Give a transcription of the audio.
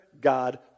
God